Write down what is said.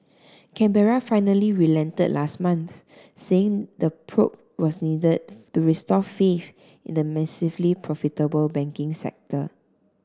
Canberra finally relented last month saying the probe was needed to restore faith in the massively profitable banking sector